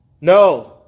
No